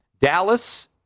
Dallas